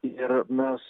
ir mes